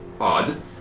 odd